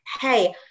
hey